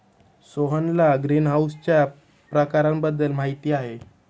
सोहनला ग्रीनहाऊसच्या प्रकारांबद्दल माहिती आहे